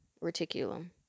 reticulum